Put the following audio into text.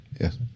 Yes